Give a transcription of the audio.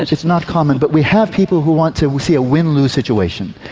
it's not common. but we have people who want to see a win-lose situation.